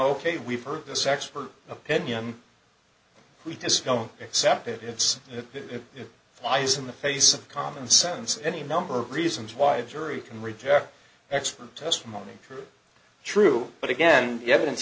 know we've heard this expert opinion we discovered except it gives it flies in the face of common sense any number of reasons why a jury can reject expert testimony true true but again the evidence